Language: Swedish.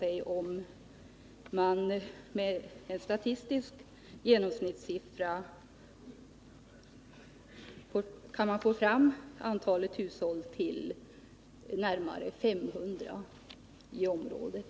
Med en statistisk genomsnittsberäkning kan man få fram att antalet är närmare 500 i området.